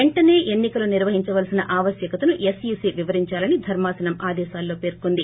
పెంటనే ఎన్ని కలు నిర్వహిందాల్చిన ఆవశ్యకతను ఎస్ఈసీ వివరిందాలని ధర్మా సనం ఆదేశాల్లో పర్కొంది